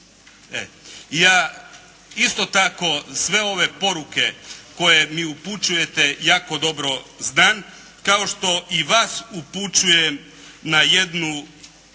Ja isto tako sve ove poruke koje mi upućujete jako dobro znam kao što i vas upućujem na jednu